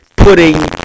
Putting